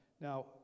Now